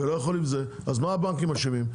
אז מה הבנקים אשמים?